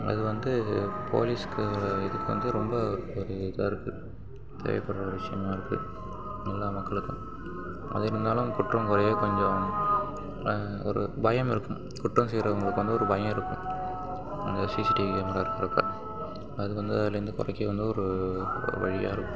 அது வந்து போலீஸுக்கு இதுக்கு வந்து ரொம்ப ஒரு இதாக இருக்குது தேவைப்பட்ற ஒரு விஷயமாக இருக்குது எல்லா மக்களுக்கும் அது இருந்தாலும் குற்றம் குறைய கொஞ்சம் ஒரு பயம் இருக்கும் குற்றம் செய்கிறவங்களுக்கு வந்து ஒரு பயம் இருக்கும் அங்கே சிசிடிவி கேமரா இருக்கிறப்ப அது வந்து அதுலேருந்து இப்போதைக்கி வந்து ஒரு வழியாக இருக்கும்